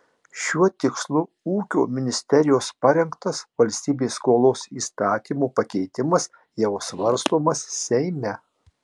šiuo tikslu ūkio ministerijos parengtas valstybės skolos įstatymo pakeitimas jau svarstomas seime